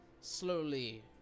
slowly